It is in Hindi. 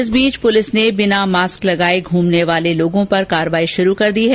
इस बीच पुलिस ने बिना मास्क लगाए घ्रमने वाले लोगों पर कार्रवाई श्रू कर दी है